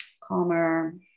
calmer